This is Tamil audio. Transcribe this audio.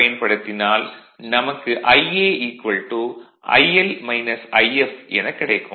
பயன்படுத்தினால் நமக்கு Ia IL If எனக் கிடைக்கும்